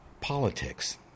politics